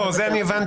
את זה הבנתי.